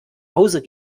hause